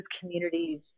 communities